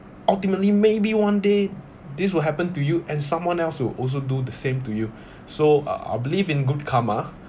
ultimately maybe one day this will happen to you and someone else will also do the same to you so uh I believe in good karma